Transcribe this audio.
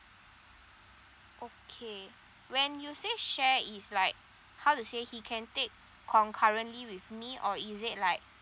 okay when you say share it's like how to say he can take concurrently with me or is it like